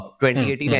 2018